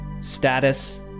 status